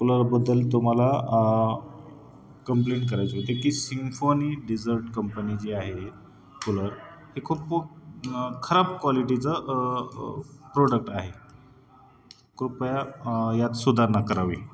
कूलरबद्दल तुम्हाला कंप्लेंट करायची होती की सिम्फोनी डेझर्ट कंपनी जी आहे कूलर हे खूप खराब क्वालिटीचं प्रोडक्ट आहे कृपया यात सुधारणा करावी